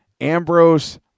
Ambrose